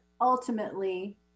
ultimately